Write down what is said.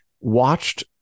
watched